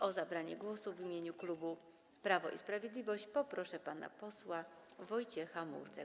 O zabranie głosu w imieniu klubu Prawo i Sprawiedliwość proszę pana posła Wojciecha Murdzka.